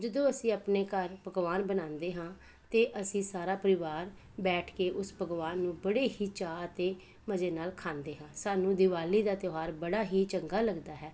ਜਦੋਂ ਅਸੀਂ ਆਪਣੇ ਘਰ ਪਕਵਾਨ ਬਣਾਉਂਦੇ ਹਾਂ ਅਤੇ ਅਸੀਂ ਸਾਰਾ ਪਰਿਵਾਰ ਬੈਠ ਕੇ ਉਸ ਪਕਵਾਨ ਨੂੰ ਬੜੇ ਹੀ ਚਾਅ ਅਤੇ ਮਜ਼ੇ ਨਾਲ ਖਾਂਦੇ ਹਾਂ ਸਾਨੂੰ ਦੀਵਾਲੀ ਦਾ ਤਿਉਹਾਰ ਬੜਾ ਹੀ ਚੰਗਾ ਲੱਗਦਾ ਹੈ